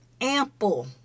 ample